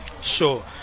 Sure